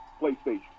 playstation